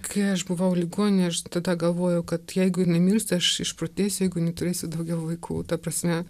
kai aš buvau ligoninėj aš tada galvojau kad jeigu jinai mirs aš išprotėsiu jeigu neturėsiu daugiau vaikų ta prasme